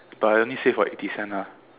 but I only saved what eighty cents ah